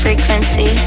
Frequency